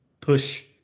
push